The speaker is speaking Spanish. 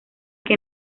que